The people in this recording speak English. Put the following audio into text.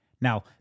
Now